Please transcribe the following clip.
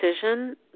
decision